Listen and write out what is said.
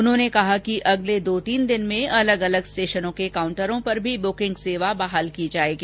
उन्होंने कहा कि अगले दो तीन दिन में अलग अलग स्टेशनों के काउंटरों पर भी ब्रेकिंग सेवा बहाल की जाएगी